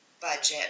budget